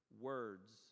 words